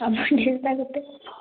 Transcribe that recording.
amount ಎಷ್ಟು ಆಗುತ್ತೆ